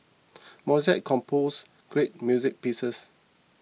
Mozart composed great music pieces